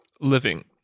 living